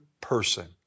person